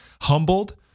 humbled